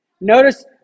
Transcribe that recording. Notice